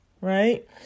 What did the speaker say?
right